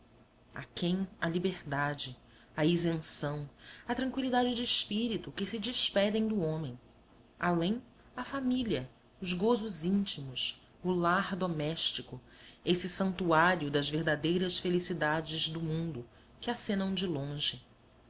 futuro aquém a liberdade a isenção a tranqüilidade de espírito que se despedem do homem além a família os gozos íntimos o lar doméstico esse santuário das verdadeiras felicidades do mundo que acenam de longe